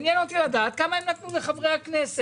עניין אותי לדעת כמה הם נתנו לחברי הכנסת.